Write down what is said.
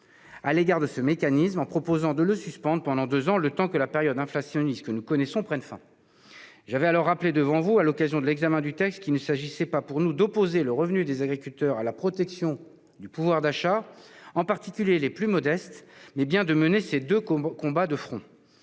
-à l'égard de ce mécanisme, qu'il a proposé de le suspendre durant deux ans, le temps que la période inflationniste que nous traversons prenne fin. J'avais alors rappelé devant vous, à l'occasion de l'examen du texte, qu'il s'agissait non pas d'opposer le revenu des agriculteurs à la protection du pouvoir d'achat des ménages, en particulier les plus modestes, mais bien de mener ces deux combats de front.